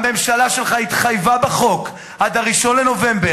האופוזיציה בעניין הקרן,